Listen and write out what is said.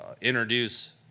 introduce